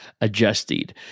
adjusted